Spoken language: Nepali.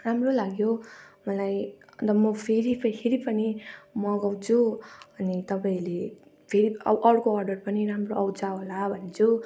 राम्रो लाग्यो मलाई अन्त म फेरि फेरि पनि मगाउँछु अनि तपाईँहरूले फेरि अर्को अर्डर पनि राम्रो आउँछ होला भनेर भन्छु